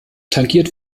tangiert